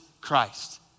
Christ